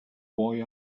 boy